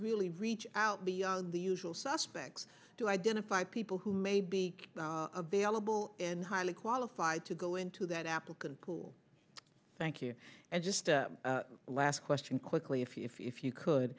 really reach out beyond the usual suspects to identify people who may be available and highly qualified to go into that applicant pool thank you and just last question quickly if you if you could